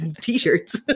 t-shirts